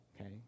okay